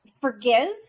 forgive